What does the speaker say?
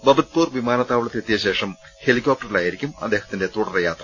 ബബത്പൂർ വിമാനത്താവളത്തിലെത്തിയശേഷം ഹെലികോപ്റ്ററിലായിരിക്കും അദ്ദേഹത്തിന്റെ തുടർയാത്ര